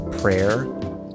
prayer